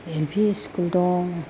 L P school दं